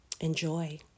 enjoy